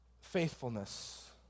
faithfulness